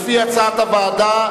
לפי הצעת הוועדה.